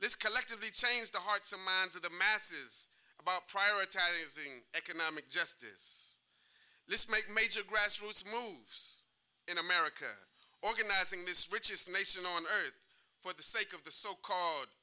this collectively change the hearts and minds of the masses about prioritizing economic justice let's make major grassroots moves in america organizing this richest nation on earth for the sake of the so called